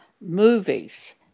movies